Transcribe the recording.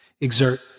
exert